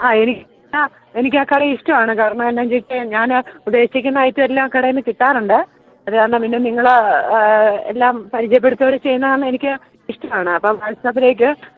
ആ ആ എനിക്കാ കട ഇഷ്ടമാണ് കാരണമെന്താണെന്ന് ചോദിച്ചാല് ഞാന് ഉദ്ദേശിക്കുന്ന ഐറ്റമെല്ലാം ആ കടയില് നിന്ന് കിട്ടാറുണ്ട് അതു കാരണം പിന്നെ നിങ്ങള് എല്ലാം പരിചയമുള്ളവര് ചെയ്യുന്നത് കാരണം എനിക്ക് ഇഷ്ടമാണ് അപ്പം വാട്സപ്പിലേക്ക്